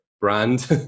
brand